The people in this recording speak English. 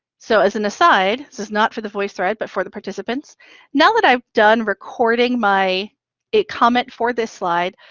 so as an aside this is not for the voice thread but for the participants now that i've done recording my comment for this slide,